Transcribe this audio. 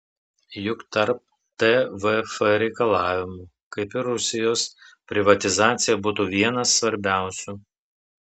juk tarp tvf reikalavimų kaip ir rusijos privatizacija būtų vienas svarbiausių